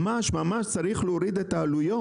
ממש ממש צריך להוריד את העלויות.